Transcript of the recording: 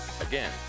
Again